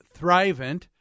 Thrivent